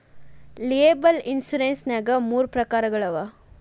liable insurance ನ್ಯಾಗ್ ಮೂರ ಪ್ರಕಾರಗಳವ